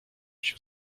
się